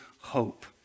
hope